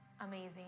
amazing